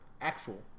Actual